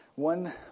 One